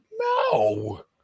No